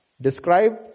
Describe